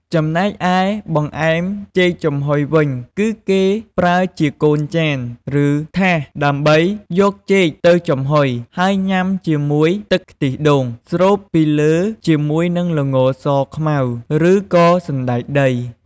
ចំណែកឯបង្អែមចេកចំហុយវិញគឺគេប្រើជាកូនចាន ឬថាសដើម្បីយកចេកទៅចំហុយ ហើយញ៉ាំជាមួយទឹកខ្ទិះដូងស្រូបពីលើជាមួយនឹងល្ង សខ្មៅ ឬក៏សណ្ដែកដី។